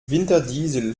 winterdiesel